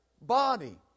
body